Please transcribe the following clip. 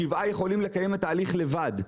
שבעה יכולים לקיים את ההליך לבד,